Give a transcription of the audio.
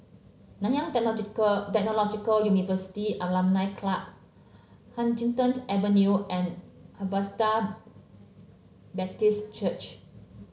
Nanyang Technological University Alumni Club Huddington Avenue and Harvester Baptist Church